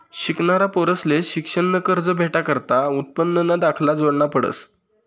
शिकनारा पोरंसले शिक्शननं कर्ज भेटाकरता उत्पन्नना दाखला जोडना पडस